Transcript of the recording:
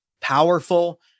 powerful